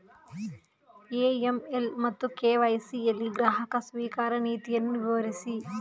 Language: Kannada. ಎ.ಎಂ.ಎಲ್ ಮತ್ತು ಕೆ.ವೈ.ಸಿ ಯಲ್ಲಿ ಗ್ರಾಹಕ ಸ್ವೀಕಾರ ನೀತಿಯನ್ನು ವಿವರಿಸಿ?